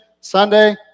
Sunday